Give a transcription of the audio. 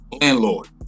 landlord